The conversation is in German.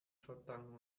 schottland